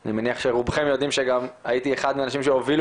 ואני מניח שרובכם יודעים שגם הייתי אחד מהאנשים שהובילו